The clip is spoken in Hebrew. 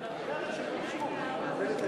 אמיתי זה רק דברים של תוכן, אחרת זה קשקוש.